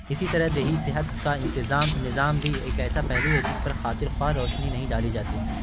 اسی طرح دیہی صحت کا انتظام نظام بھی ایک ایسا پہلو ہے جس پر خاطر خواہ روشنی نہیں ڈالی جاتی